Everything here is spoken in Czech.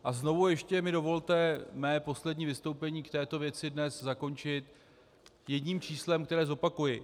A znovu ještě mi dovolte mé poslední vystoupení k této věci dnes zakončit jedním číslem, které zopakuji.